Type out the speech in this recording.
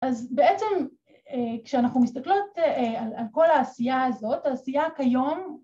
‫אז בעצם כשאנחנו מסתכלות ‫על כל העשייה הזאת, העשייה כיום...